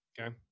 Okay